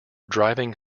driving